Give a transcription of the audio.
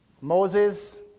Moses